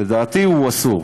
לדעתי, הוא אסור.